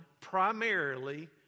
primarily